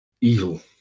evil